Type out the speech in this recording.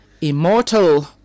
immortal